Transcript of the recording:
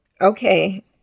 Okay